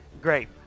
Great